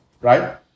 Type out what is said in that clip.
right